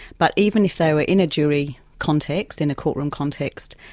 but even if they were in a jury context, in a courtroom context,